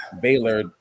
Baylor